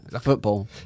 Football